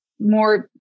more